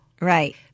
Right